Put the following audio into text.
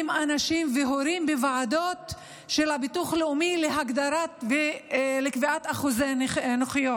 אנשים והורים בוועדות של הביטוח הלאומי לקביעת אחוזי נכות.